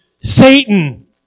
Satan